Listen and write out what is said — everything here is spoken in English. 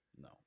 No